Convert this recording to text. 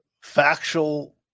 factual